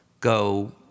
go